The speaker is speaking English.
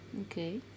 Okay